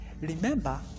Remember